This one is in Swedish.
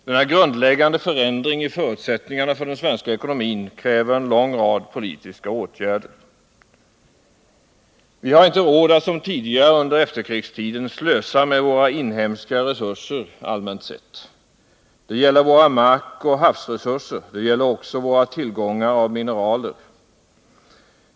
Denna grundläggande förändring i förutsättningarna för den svenska ekonomin kräver en lång rad politiska åtgärder. Vi har inte råd att som tidigare under efterkrigstiden slösa med våra inhemska resurser allmänt sett. Det gäller våra markoch havsresurser. Det gäller också våra tillgångar på mineraler.